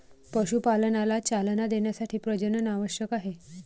पशुपालनाला चालना देण्यासाठी प्रजनन आवश्यक आहे